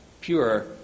pure